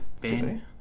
Ben